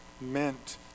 meant